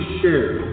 share